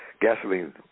Gasoline